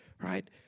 right